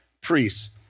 priests